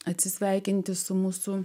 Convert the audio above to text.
atsisveikinti su mūsų